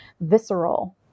visceral